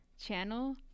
channel